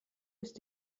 ist